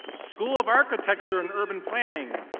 school of architecture and urban planning.